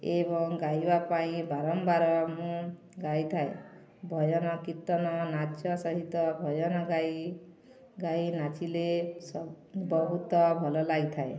ଏବଂ ଗାଇବା ପାଇଁ ବାରମ୍ବାର ମୁଁ ଗାଇଥାଏ ଭଜନ କୀର୍ତ୍ତନ ନାଚ ସହିତ ଭଜନ ଗାଇ ଗାଇ ନାଚିଲେ ସ ବହୁତ ଭଲ ଲାଗିଥାଏ